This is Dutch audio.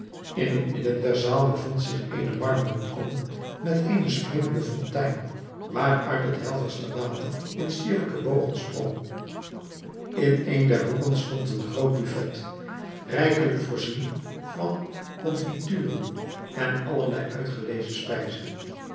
in het midden der zaal bevond zich eene marmeren kom met eene springende fontein waaruit het helderste water in sierlijke bogen sprong in een der hoeken stond een groot buffet rijkelijk voorzien van konfituren en allerlei uitgelezene spijzen